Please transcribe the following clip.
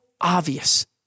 obvious